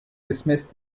dismissed